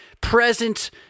present